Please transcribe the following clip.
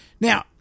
Now